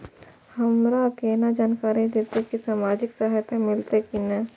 हमरा केना जानकारी देते की सामाजिक सहायता मिलते की ने?